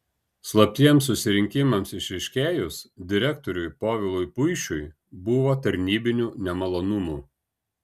slaptiems susirinkimams išryškėjus direktoriui povilui puišiui buvo tarnybinių nemalonumų